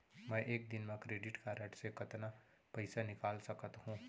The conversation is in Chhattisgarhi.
मैं एक दिन म क्रेडिट कारड से कतना पइसा निकाल सकत हो?